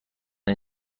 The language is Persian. این